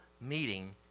meeting